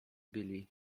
billy